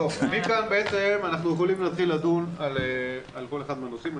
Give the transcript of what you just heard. מכאן אנחנו יכולים להתחיל לדון על כל אחד מהנושאים.